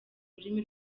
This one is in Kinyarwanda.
rurimi